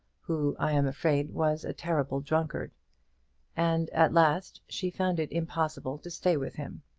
who, i am afraid, was a terrible drunkard and at last she found it impossible to stay with him.